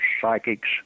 psychics